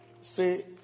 Say